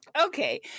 Okay